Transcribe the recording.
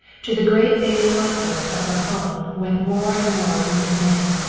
to the great base hospital at la panne went more and more wounded men.